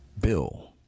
Bill